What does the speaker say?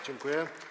Dziękuję.